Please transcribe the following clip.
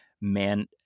man